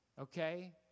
Okay